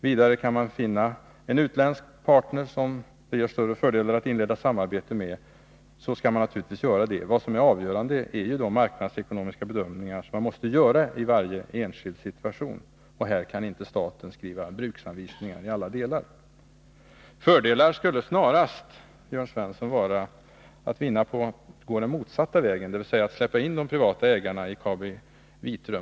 Kan man dessutom finna en utländsk partner som det är större fördel att inleda samarbete med, skall man naturligtvis göra det. Avgörande är de marknadsekonomiska bedömningar som måste göras i varje enskild situation, och i detta avseende kan inte staten skriva bruksanvisningar i alla delar. Fördelar skulle snarast, Jörn Svensson, vara att vinna genom att gå den Nr 23 motsatta vägen, dvs. genom att släppa in de privata ägarna i KabiVitrum.